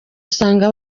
usanga